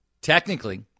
Technically